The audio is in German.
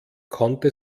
konnte